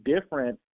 different